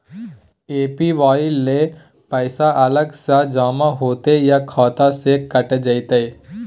APY ल पैसा अलग स जमा होतै या खाता स कैट जेतै?